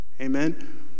amen